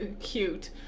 cute